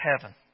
heaven